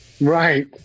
right